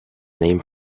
name